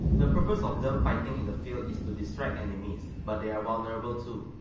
the purpose of them fighting in the field is to distract enemies, but they are vulnerable too.